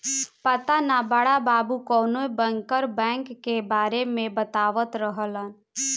पाता ना बड़ा बाबु कवनो बैंकर बैंक के बारे में बतावत रहलन